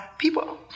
People